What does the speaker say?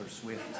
Swift